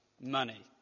money